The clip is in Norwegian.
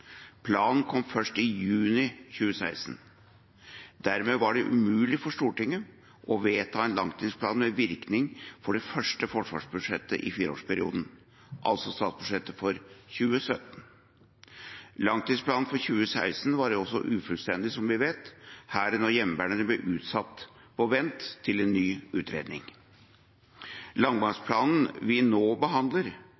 Planen kom først i juni 2016. Dermed var det umulig for Stortinget å vedta en langtidsplan med virkning for det første forsvarsbudsjettet i fireårsperioden – altså statsbudsjettet for 2017. Langtidsplanen for 2016 var også ufullstendig, som vi vet – Hæren og Heimevernet ble satt på vent til en ny utredning.